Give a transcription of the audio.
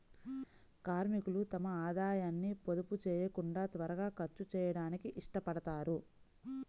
కార్మికులు తమ ఆదాయాన్ని పొదుపు చేయకుండా త్వరగా ఖర్చు చేయడానికి ఇష్టపడతారు